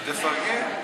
תפרגן.